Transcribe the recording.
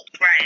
Right